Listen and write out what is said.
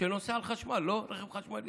שנוסע על חשמל, רכב חשמלי.